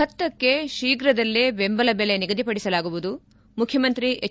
ಭತ್ತಕ್ಷೆ ಶೀಘ್ರದಲ್ಲೇ ಬೆಂಬಲ ಬೆಲೆ ನಿಗದಿಪಡಿಸಲಾಗುವುದು ಮುಖ್ಯಮಂತ್ರಿ ಎಚ್